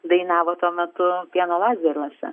dainavo tuo metu pieno lazeriuose